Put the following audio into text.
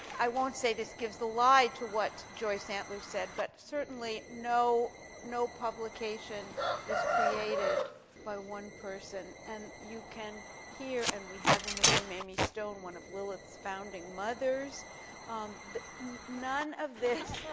i won't say this gives the lie to what joy santlers said, but certainly no no publication is created by one person, and you can hear, and we have in the room amy stone, one of lilith's founding mothers the none of this